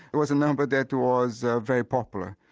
it was a number that was very popular,